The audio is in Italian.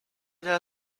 della